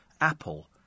apple